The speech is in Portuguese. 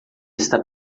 está